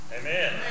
Amen